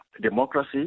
Democracy